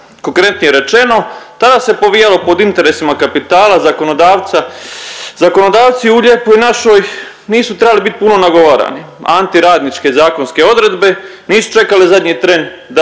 Konkretnije rečeno, tada se povijalo pod interesima kapitala, zakonodavca. Zakonodavci u lijepoj naši nisu trebali bit puno nagovarani. Antiradničke zakonske odredbe nisu čekale zadnji tren da budu